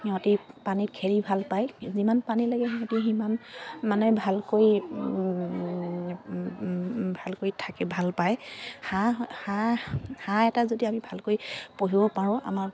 সিহঁতি পানীত খেলি ভাল পায় যিমান পানী লাগে সিহঁতি সিমান মানে ভালকৈ ভালকৈ থাকে ভাল পায় হাঁহ এটা যদি আমি ভালকৈ পুহিব পাৰোঁ আমাৰ